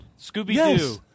Scooby-Doo